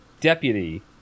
deputy